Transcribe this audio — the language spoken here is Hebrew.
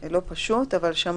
זה לא פשוט, אבל שמענו